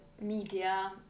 media